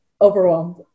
overwhelmed